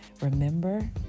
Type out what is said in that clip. Remember